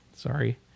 Sorry